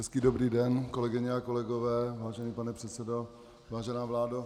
Hezký dobrý den, kolegyně a kolegové, vážený pane předsedo, vážená vládo.